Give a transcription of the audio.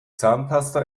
zahnpasta